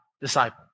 disciple